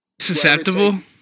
susceptible